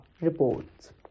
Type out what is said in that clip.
Reports